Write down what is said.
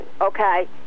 okay